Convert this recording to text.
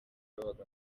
babaga